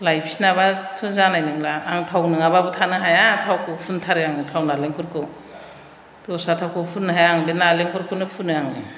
लायफिनाबाथ' जानाय नंला आं थाव नङाबाबो थानो हाया थावखौ फुनथारो आङो थाव नालेंखरखौ दस्रा थावखौ फुननो हाया आङो बे नालेंखरखौनो फुनो आङो